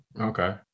Okay